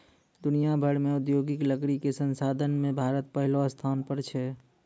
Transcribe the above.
दुनिया भर मॅ औद्योगिक लकड़ी कॅ संसाधन मॅ भारत पहलो स्थान पर छै